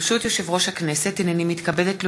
ברשות יושב-ראש הכנסת, הנני מתכבדת להודיעכם,